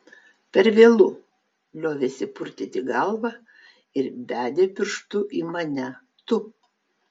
per vėlu liovėsi purtyti galvą ir bedė pirštu į mane tu